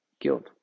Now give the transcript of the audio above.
Guilt